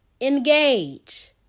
engage